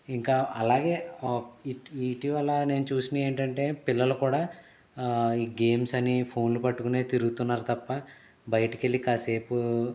ఇంకా అలాగే ఇటీ ఇటీవల నేను చూసినయి ఏంటంటే పిల్లలు కూడా ఈ గేమ్స్ అని ఫోన్లు పట్టుకునే తిరుగుతున్నారు తప్ప బయటకెళ్ళి కాసేపు